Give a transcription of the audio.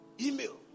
email